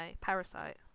Parasite